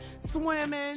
swimming